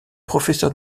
professeur